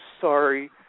sorry